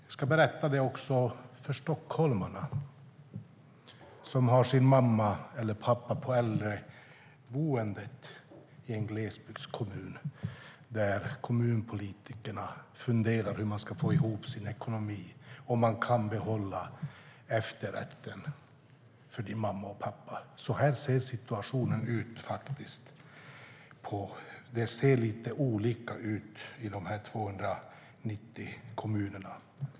Jag ska också berätta det för de stockholmare som har sin mamma eller pappa på äldreboendet i en glesbygdskommun där kommunpolitikerna funderar på hur de ska få ihop ekonomin. Kan de behålla efterrätten för din mamma och pappa? Så ser situationen ut. Det ser lite olika ut i de 290 kommunerna.